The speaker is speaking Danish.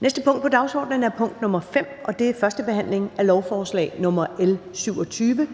næste punkt på dagsordenen er: 5) 1. behandling af lovforslag nr. L 27: